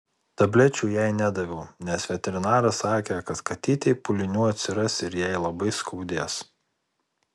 tablečių jai nedaviau nes veterinaras sakė kad katytei pūlinių atsiras ir jai labai skaudės